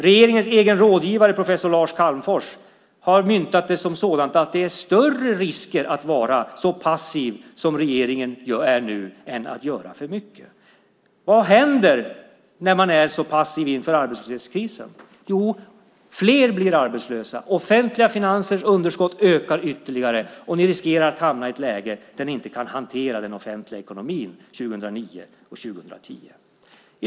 Regeringens egen rådgivare professor Lars Calmfors har sagt att det för med sig större risker att vara så passiv som regeringen är nu än att göra för mycket. Vad händer när man är så passiv inför arbetslöshetskrisen? Jo, fler blir arbetslösa. Offentliga finansers underskott ökar ytterligare, och ni riskerar att hamna i ett läge där ni inte kan hantera den offentliga ekonomin 2009 och 2010.